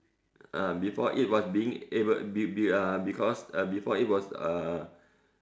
ah before it was being able be be uh because uh before it was uh